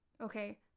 Okay